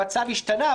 המצב השתנה,